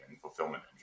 fulfillment